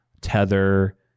Tether